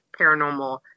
paranormal